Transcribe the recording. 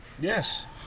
Yes